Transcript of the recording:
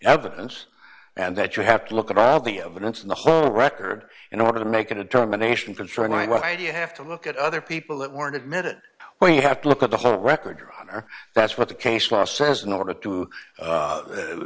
evidence and that you have to look at out the evidence and the whole record in order to make a determination concerning why do you have to look at other people that weren't admitted when you have to look at the whole record your honor that's what the case law says in order to